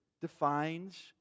defines